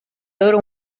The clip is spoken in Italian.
loro